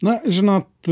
na žinot